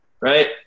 right